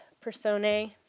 personae